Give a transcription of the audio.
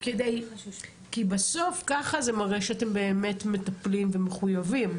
כי בסוף ככה זה מראה שאתם באמת מטפלים ומחויבים.